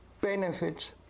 benefits